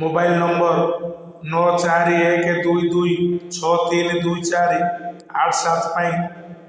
mobile number ନଅ ଚାରି ଏକ ଦୁଇ ଦୁଇ ଛଅ ତିନି ଦୁଇ ଚାରି ଆଠ ସାତ ପାଇଁ